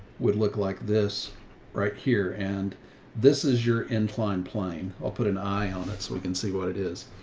would look like this right here. and this is your inclined plane. i'll put an eye on it so we can see what it is.